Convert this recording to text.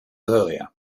earlier